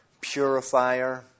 purifier